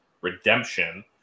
redemption